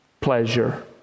pleasure